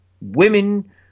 women